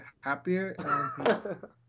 happier